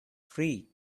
free